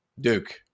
Duke